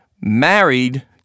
married